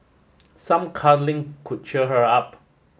some cuddling could cheer her up